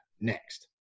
next